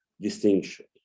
distinction